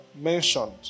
mentioned